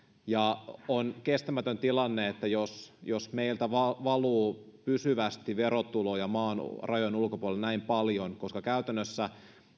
on kestämätön tilanne jos jos meiltä valuu pysyvästi verotuloja maan rajojen ulkopuolelle näin paljon koska käytännössä